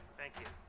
thank you.